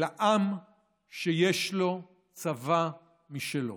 אלא עם שיש לו צבא משלו,